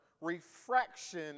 refraction